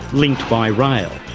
linked by rail,